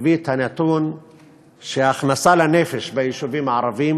הביא את הנתון שההכנסה לנפש ביישובים הערביים,